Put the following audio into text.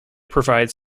provides